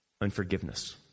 Unforgiveness